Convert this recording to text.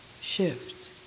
shift